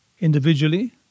individually